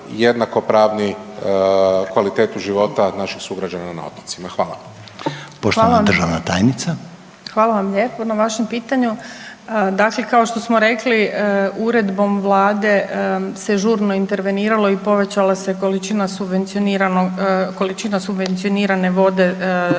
jednakopravni kvalitetu života naših sugrađana na otocima. Hvala. **Reiner, Željko (HDZ)** Poštovana državna tajnica. **Đurić, Spomenka** Hvala vam lijepo na vašem pitanju. Dakle, kao što smo rekli uredbom Vlade se žurno interveniralo i povećala se količina subvencionirane vode po